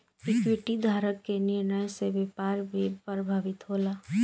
equity धारक के निर्णय से व्यापार भी प्रभावित होला